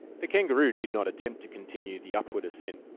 the kangaroo did not attempt to continue the upward ascent,